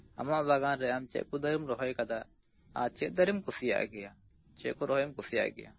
ᱟᱢᱟᱜ ᱵᱟᱜᱟᱱᱨᱮ ᱟᱢ ᱪᱮᱫ ᱠᱚ ᱫᱟᱨᱮᱹᱢ ᱨᱚᱦᱚᱭ ᱟᱠᱟᱫᱟ ᱟᱨ ᱪᱮᱫ ᱫᱟᱨᱮᱹᱢ ᱠᱩᱥᱤᱭᱟᱜ ᱜᱮᱭᱟ ᱪᱮᱫᱠᱚ ᱨᱚᱦᱚᱭᱮᱢ ᱠᱩᱥᱤᱭᱟᱜ ᱜᱮᱭᱟ